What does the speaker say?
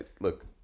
look